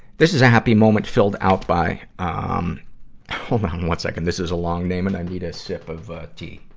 this is a happy moment filled out by. um hold on one second this is a long name, and i need a sip of ah tea